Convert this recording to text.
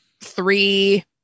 three